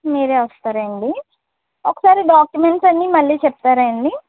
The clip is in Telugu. మీరే వస్తారా అండి ఒకసారి డాక్యుమెంట్స్ అన్నీ మళ్ళీ చెప్తారా అండి